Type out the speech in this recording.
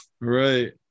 Right